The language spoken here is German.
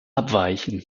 abweichen